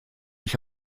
ich